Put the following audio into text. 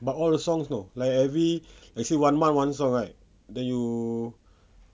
but all the songs you know like every let's say one month one song right then you